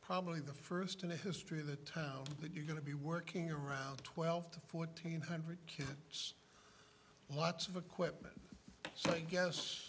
probably the first in the history of the town that you're going to be working around twelve to fourteen hundred kids lots of equipment so i guess